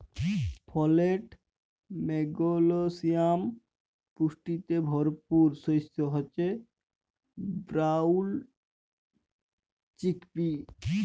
folate, magnesium পুষ্টিতে ভরপুর শস্য হচ্যে ব্রাউল চিকপি